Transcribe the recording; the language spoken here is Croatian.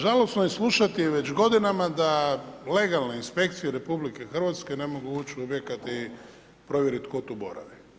Žalosno je slušati već godinama da legalne inspekcije RH ne mogu ući u objekat i provjeriti tko tu boravi.